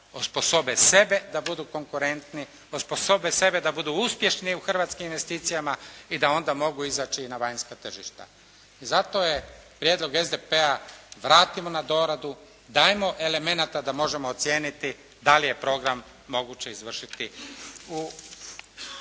osposobe sebe da budu konkurentni, osposobe sebe da budu uspješni u hrvatskim investicijama i da onda mogu izaći i na vanjska tržišta. I zato je prijedlog SDP-a vratimo na doradu, dajmo elemenata da možemo ocijeniti da li je program moguće izvršiti u